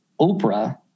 Oprah